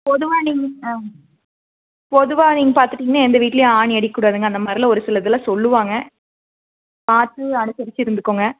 பொதுவாக நீங்கள் ஆ பொதுவாக நீங்கள் பார்த்துட்டிங்கன்னா எந்த வீட்லையும் ஆணி அடிக்கக்கூடாதுங்க அந்தமாதிரில்லாம் ஒருசில இதில் சொல்லுவாங்க பார்த்து அனுசரிச்சு இருந்துக்கோங்க